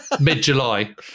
mid-July